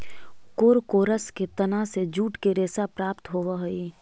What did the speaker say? कोरकोरस के तना से जूट के रेशा प्राप्त होवऽ हई